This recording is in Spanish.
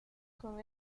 con